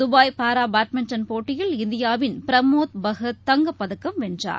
Dubai para badminton போட்டியில் இந்தியாவின் பிரமோத் பகத் தங்கப்பதக்கம் வென்றார்